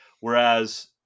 Whereas